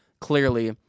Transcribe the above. clearly